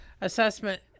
assessment